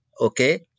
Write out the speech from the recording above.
okay